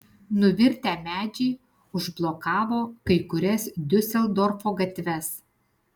nuvirtę medžiai užblokavo kai kurias diuseldorfo gatves